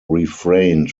refrained